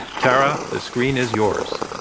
tara, the screen is yours.